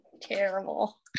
Terrible